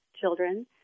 children